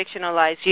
fictionalized